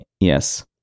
Yes